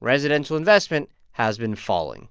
residential investment has been falling